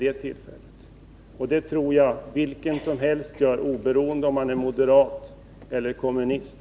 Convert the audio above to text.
Det tror jag vilken som helst gör, oberoende av om han är moderat eller kommunist.